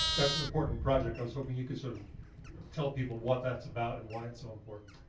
that's an important project. i was hoping you could sort of tell people what that's about and why it's so important.